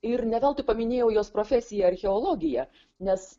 ir ne veltui paminėjau jos profesiją archeologija nes